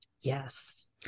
yes